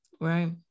Right